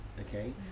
Okay